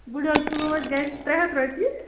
بٕڑ عٲل کِلوٗ حظ گَژھِ ترےٚ ہتھ رۄپیہ